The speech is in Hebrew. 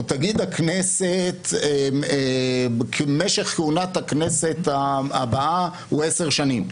או תגיד הכנסת: משך כהונת הכנסת הבאה הוא עשר שנים.